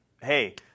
hey